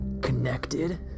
connected